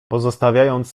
pozostawiając